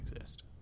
exist